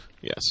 Yes